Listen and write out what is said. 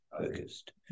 focused